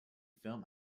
film